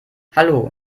hallo